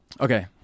Okay